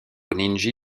nijni